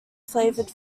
flavored